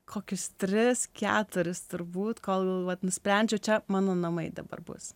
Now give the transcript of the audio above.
kokius tris keturis turbūt kol vat nusprendžiau čia mano namai dabar bus